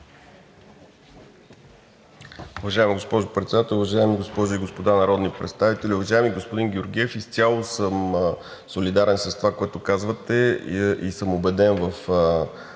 Уважаеми господин Председател, уважаеми госпожи и господа народни представители! Уважаеми господин Георгиев, изцяло съм солидарен с това, което казвате. Убеден съм